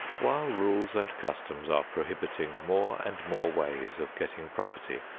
while rules and customs are prohibiting more and more ways of getting property,